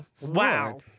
Wow